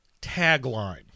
tagline